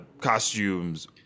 costumes